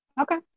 Okay